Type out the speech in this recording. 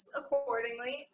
accordingly